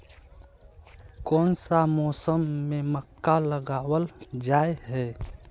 कोन सा मौसम में मक्का लगावल जाय है?